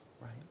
right